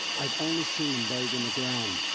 i've only seen them buried in the ground.